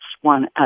one